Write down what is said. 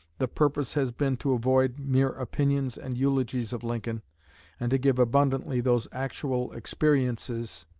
the purpose has been to avoid mere opinions and eulogies of lincoln and to give abundantly those actual experiences,